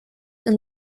and